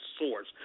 source